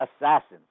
assassins